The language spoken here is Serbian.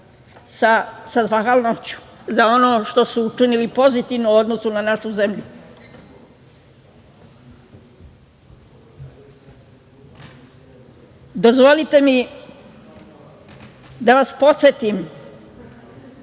sa zahvalnošću za ono što su učinili pozitivno u odnosu na našu zemlju. Dozvolite mi da vas podsetim